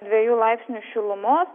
dviejų laipsnių šilumos